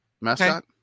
mascot